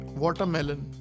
watermelon